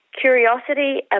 curiosity